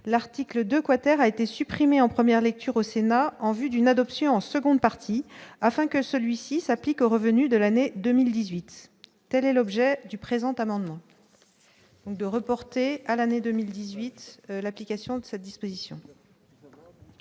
l'article 2 quater a été supprimé en première lecture au Sénat en vue d'une adoption en seconde partie, afin que celui-ci s'applique aux revenus de l'année 2018, telle est l'objet du présent amendement.